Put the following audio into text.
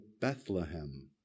Bethlehem